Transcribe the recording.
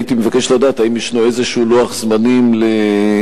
הייתי מבקש לדעת האם ישנו איזה לוח זמנים מוחשי